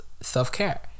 self-care